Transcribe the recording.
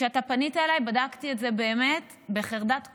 כשאתה פנית אליי בדקת את זה באמת בחרדת קודש.